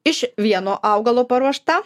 iš vieno augalo paruošta